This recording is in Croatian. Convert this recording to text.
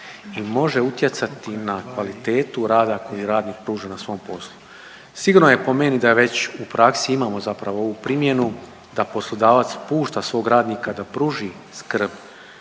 i može utjecati na kvalitetu rada koji radnik pruža na svom poslu. Sigurno je po meni da već u praksi imamo zapravo ovu primjenu, da poslodavac pušta svog radnika da pruži skrb